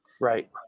Right